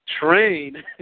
Train